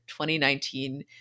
2019